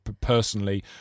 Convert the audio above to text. personally